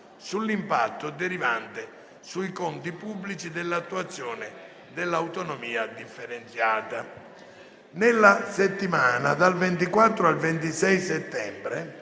sull'impatto derivante sui conti pubblici dall'attuazione dell'autonomia differenziata. Nella settimana dal 24 al 26 settembre